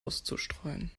auszustreuen